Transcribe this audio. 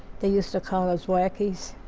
they used to call us wackies.